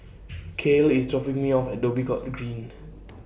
Kael IS dropping Me off At Dhoby Ghaut Green